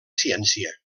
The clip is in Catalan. ciència